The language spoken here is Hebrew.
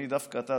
דווקא אתה,